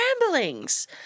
Ramblings